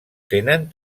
tenen